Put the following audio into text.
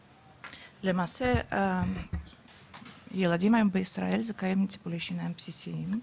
למעשה ילדים היום בישראל זכאים לטיפולי שיניים בסיסיים,